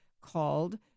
called